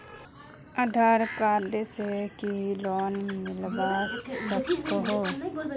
आधार card से की loan मिलवा सकोहो?